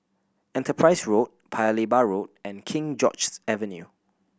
Enterprise Road Paya Lebar Road and King George's Avenue